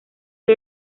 que